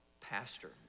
pastor